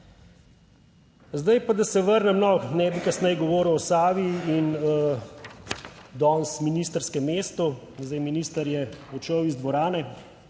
Zdaj pa, da se vrnem no, ne bi kasneje govoril o Savi in danes ministrskem mestu. Minister je odšel iz dvorane.